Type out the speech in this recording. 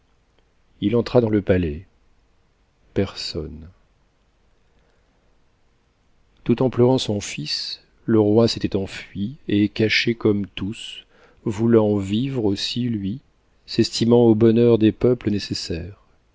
il entra dans le palais personne tout en pleurant son fils le roi s'était enfui et caché comme tous voulant vivre aussi lui s'estimant au bonheur des peuples nécessaire